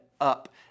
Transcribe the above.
up